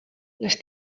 les